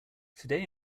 today